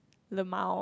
lmao